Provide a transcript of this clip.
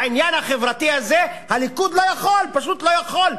בעניין החברתי הזה הליכוד לא יכול, פשוט לא יכול.